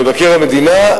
מבקר המדינה,